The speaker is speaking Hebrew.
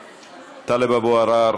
חבר הכנסת טלב אבו עראר,